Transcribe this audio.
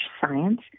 science